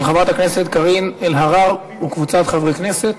של חברת הכנסת קארין אלהרר וקבוצת חברי כנסת.